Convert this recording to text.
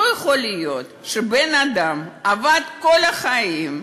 לא יכול להיות שבן-אדם עבד כל החיים,